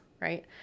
right